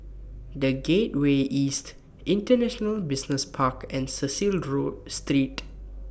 The Gateway East International Business Park and Cecil draw Street